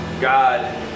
God